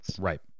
Right